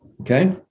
Okay